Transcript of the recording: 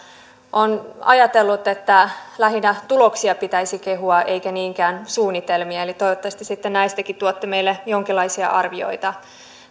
olen ajatellut että lähinnä tuloksia pitäisi kehua eikä niinkään suunnitelmia eli toivottavasti sitten näistäkin tuotte meille jonkinlaisia arvioita